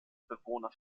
bewohner